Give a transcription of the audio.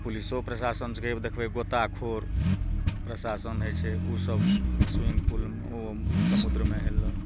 पुलिसो प्रशासन सबके देखबै गोताखोर प्रशासन होइ छै ओ सब स्विमिंग पुल ओ समुद्रमे हेलल